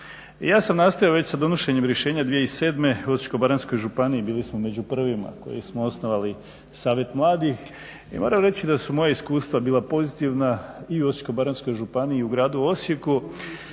Ja sam nastojao već sa donošenjem rješenja 2007., u Osječko-baranjskoj županiji bili smo među prvima koji smo osnovali savjet mladih i moram reći da su moja iskustva bila pozitivna i u Osječko-baranjskoj županiji i u gradu Osijeku.